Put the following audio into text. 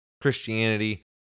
Christianity